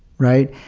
right?